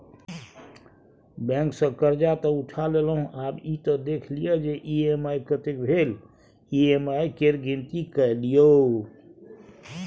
bank सँ करजा तँ उठा लेलहुँ आब ई त देखि लिअ जे ई.एम.आई कतेक भेल ई.एम.आई केर गिनती कए लियौ